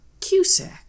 Cusack